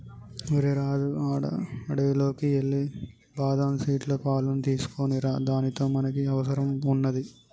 ఓరై రాజు అడవిలోకి ఎల్లి బాదం సీట్ల పాలును తీసుకోనిరా దానితో మనకి అవసరం వున్నాది